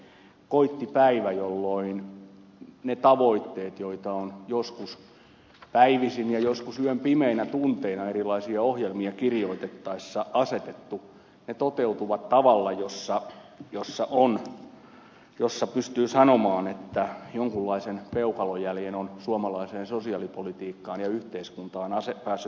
koitti päivä jolloin ne tavoitteet joita on joskus päivisin ja joskus yön pimeinä tunteina erilaisia ohjelmia kirjoitettaessa asetettu toteutuivat tavalla jossa pystyy sanomaan että jonkunlaisen peukalonjäljen on suomalaiseen sosiaalipolitiikkaan ja yhteiskuntaan päässyt asettamaan